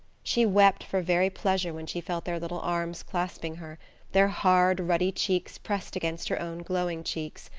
she wept for very pleasure when she felt their little arms clasping her their hard, ruddy cheeks pressed against her own glowing cheeks.